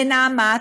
לנעמ"ת,